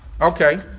Okay